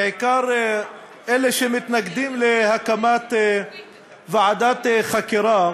בעיקר את אלה שמתנגדים להקמת ועדת חקירה: